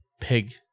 pig